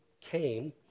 came